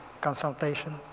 consultation